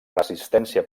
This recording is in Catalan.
resistència